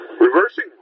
Reversing